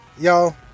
y'all